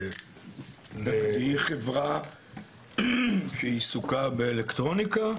זאת חברה שעיסוקה באלקטרוניקה,